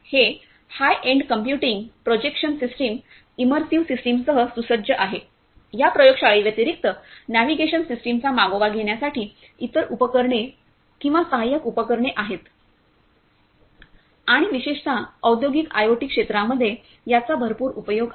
हे high end computing projection system immersive सिस्टमसह सुसज्ज आहे या प्रयोगशाळेव्यतिरिक्त नॅव्हिगेशन सिस्टमचा मागोवा घेण्यासाठी इतर उपकरणे किंवा सहाय्यक उपकरणे आहेत आणि विशेषत औद्योगिक आयओटीच्या क्षेत्रांमध्ये याचा भरपूर उपयोग आहे